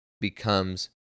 becomes